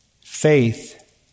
faith